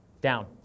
Down